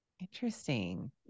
Interesting